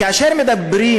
כאשר מדברים,